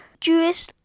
Jewish